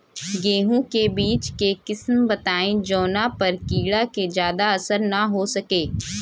गेहूं के बीज के किस्म बताई जवना पर कीड़ा के ज्यादा असर न हो सके?